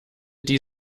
die